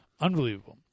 Unbelievable